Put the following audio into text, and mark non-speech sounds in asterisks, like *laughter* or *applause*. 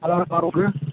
*unintelligible*